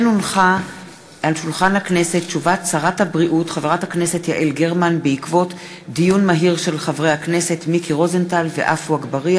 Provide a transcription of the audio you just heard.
הודעת שרת הבריאות יעל גרמן על מסקנות ועדת העבודה,